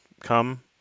come